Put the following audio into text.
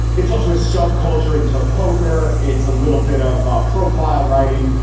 it's also a subculture into poker. it's a little bit of ah profile writing.